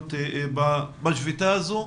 הסוציאליות בשביתה הזו.